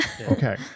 Okay